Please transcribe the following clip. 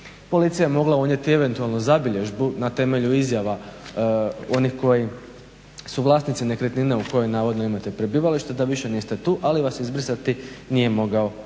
Policija je mogla unijeti eventualno zabilježbu na temelju izjava onih koji su vlasnici nekretnine u kojoj navodno imate prebivalište, da više niste tu, ali vas izbrisati nije moga